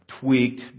tweaked